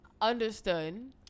Understood